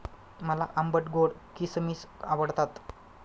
मला आंबट गोड किसमिस आवडतात